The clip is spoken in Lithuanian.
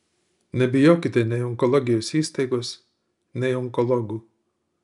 nebijokite nei onkologijos įstaigos nei onkologų